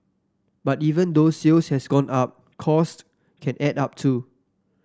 but even though sales has gone up cost can add up too